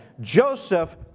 Joseph